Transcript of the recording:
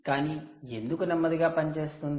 కానీ ఎందుకు నెమ్మదిగా పని చేస్తుంది